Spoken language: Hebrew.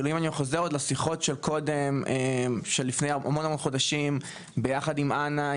אם אני חוזר לשיחות של לפני המון חודשים יחד עם אנה,